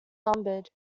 numbered